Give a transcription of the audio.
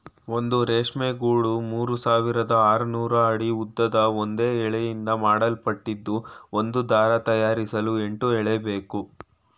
ಒಂದು ರೇಷ್ಮೆ ಗೂಡು ಮೂರ್ಸಾವಿರದ ಆರ್ನೂರು ಅಡಿ ಉದ್ದದ ಒಂದೇ ಎಳೆಯಿಂದ ಮಾಡಲ್ಪಟ್ಟಿದ್ದು ಒಂದು ದಾರ ತಯಾರಿಸಲು ಎಂಟು ಎಳೆಬೇಕು